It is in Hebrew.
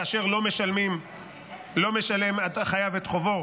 כאשר החייב לא משלם את חובו,